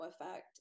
effect